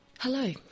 Hello